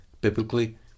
biblically